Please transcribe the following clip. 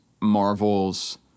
Marvel's